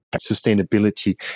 sustainability